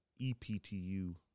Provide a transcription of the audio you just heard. EPTU